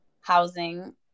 housing